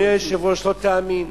אדוני היושב-ראש, לא תאמין.